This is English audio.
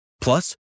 Plus